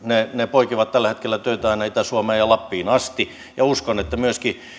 poikivat tällä hetkellä töitä aina itä suomeen ja lappiin asti ja uskon että myöskin